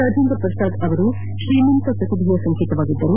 ರಾಜೇಂದ್ರಪ್ರಸಾದ್ ಅವರು ತ್ರೀಮಂತ ಪ್ರತಿಭೆಯ ಸಂಕೇತವಾಗಿದ್ದರು